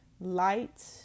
light